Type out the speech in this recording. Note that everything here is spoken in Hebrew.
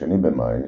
ב-2 במאי,